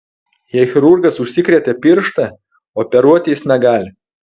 jei chirurgas užsikrėtė pirštą operuoti jis negali